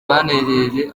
banejeje